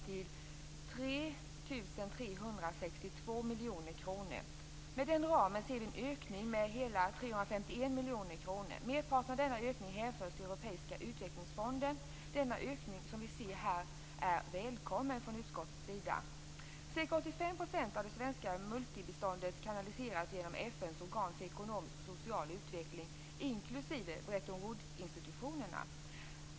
3 362 miljoner kronor. Detta innebär en ökning av ramen med hela 351 miljoner kronor. Merparten av denna ökning hänför sig till Europeiska utvecklingsfonden. Den ökning som vi här ser välkomnas av utskottet. Ca 85 % av det svenska multilaterala biståndet kanaliseras genom FN:s organ för ekonomisk och social utveckling inklusive Bretton Woodsinstitutionerna.